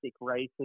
races